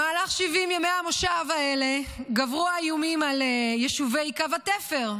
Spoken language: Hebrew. במהלך 70 ימי המושב האלה גברו האיומים על יישובי קו התפר,